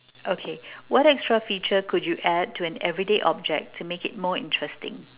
okay what extra feature could you add to an everyday object to make it more interesting